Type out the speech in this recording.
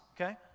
okay